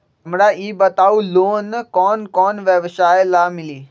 हमरा ई बताऊ लोन कौन कौन व्यवसाय ला मिली?